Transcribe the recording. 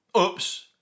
Oops